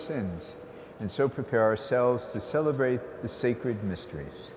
sins and so prepare ourselves to celebrate the sacred mysteries